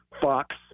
Fox